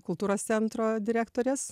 kultūros centro direktorės